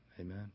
Amen